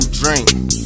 drink